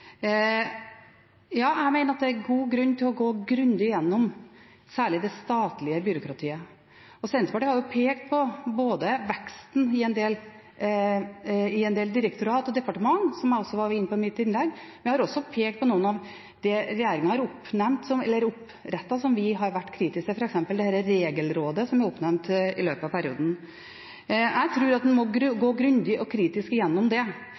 Jeg mener det er god grunn til å gå grundig gjennom særlig det statlige byråkratiet. Senterpartiet har pekt på veksten i en del direktorat og departement, som jeg var inne på i mitt innlegg. Vi har også pekt på noe av det som regjeringen har opprettet, som vi har vært kritisk til, f.eks. dette Regelrådet som er blitt oppnevnt i løpet av perioden. Jeg tror en må gå grundig og kritisk gjennom det,